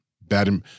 Bad